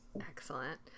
excellent